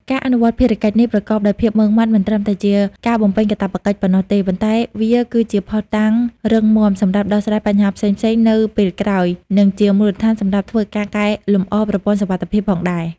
ការអនុវត្តភារកិច្ចនេះប្រកបដោយភាពម៉ត់ចត់ មិនត្រឹមតែជាការបំពេញកាតព្វកិច្ចប៉ុណ្ណោះទេ ប៉ុន្តែវាក៏ជាភស្តុតាងរឹងមាំសម្រាប់ដោះស្រាយបញ្ហាផ្សេងៗនៅពេលក្រោយ និងជាមូលដ្ឋានសម្រាប់ធ្វើការកែលម្អប្រព័ន្ធសុវត្ថិភាពផងដែរ។